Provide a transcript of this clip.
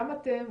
גם אתם,